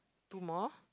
two more